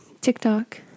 TikTok